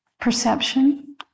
perception